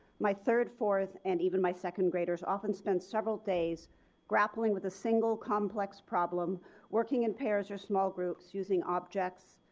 my third, fourth, and even my second graders often spend several days grappling with a single complex problem, working in pairs or small groups, using objects,